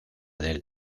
del